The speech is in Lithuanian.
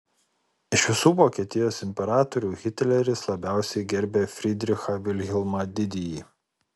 iš visų vokietijos imperatorių hitleris labiausiai gerbė fridrichą vilhelmą didįjį